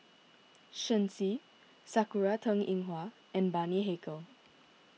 Shen Xi Sakura Teng Ying Hua and Bani Haykal